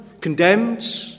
Condemned